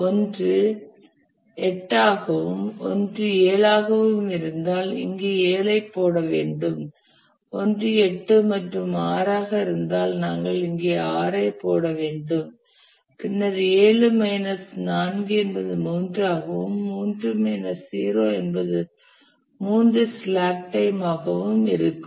ஒன்று 8 ஆகவும் ஒன்று 7 ஆகவும் இருந்திருந்தால் இங்கே 7 ஐ போட வேண்டும் ஒன்று 8 மற்றும் 6 ஆக இருந்திருந்தால் நாங்கள் இங்கே 6 ஐ போட வேண்டும் பின்னர் 7 மைனஸ் 4 என்பது 3 ஆகவும் 3 மைனஸ் 0 என்பது 3 ஸ்லாக் டைம் ஆகவும் இருக்கும்